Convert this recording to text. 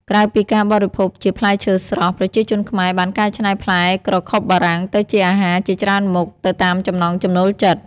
ក្រៅពីការបរិភោគជាផ្លែឈើស្រស់ ប្រជាជនខ្មែរបានកែច្នៃផ្លែក្រខុបបារាំងទៅជាអាហារជាច្រើនមុខ ទៅតាមចំណង់ចំណូលចិត្ត។